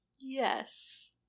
Yes